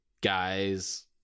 guys